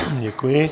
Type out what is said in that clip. Děkuji.